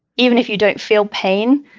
even if you don't feel pain,